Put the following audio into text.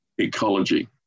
ecology